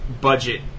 budget